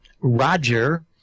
Roger